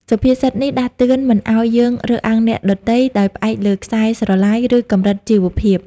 សុភាសិតនេះដាស់តឿនមិនឱ្យយើងរើសអើងអ្នកដទៃ ដោយផ្អែកលើខ្សែស្រឡាយ ឬកម្រិតជីវភាព។